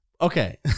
Okay